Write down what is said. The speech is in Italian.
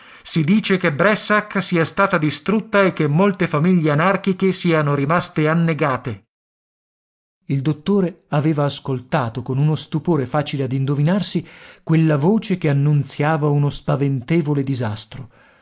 si dice che bressak sia stata distrutta e che molte famiglie anarchiche siano rimaste annegate il dottore aveva ascoltato con uno stupore facile ad indovinarsi quella voce che annunziava uno spaventevole disastro